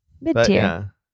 mid-tier